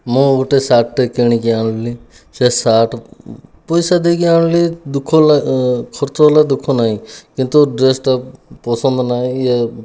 ମୁଁ ଗୋଟେ ସାର୍ଟ ଟେ କିଣିକି ଆଣିଲି ସେ ସାର୍ଟ ପଇସା ଦେଇକି ଆଣିଲି ଦୁଃଖ ଲା ଖର୍ଚ୍ଚ ହେଲା ଦୁଃଖ ନାହିଁ କିନ୍ତୁ ଡ୍ରେସ ଟା ପସନ୍ଦ ନାହିଁ ୟେ